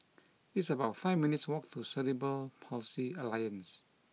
it's about five minutes' walk to Cerebral Palsy Alliance